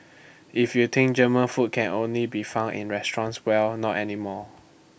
if you think German food can only be found in restaurants well not anymore